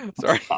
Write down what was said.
Sorry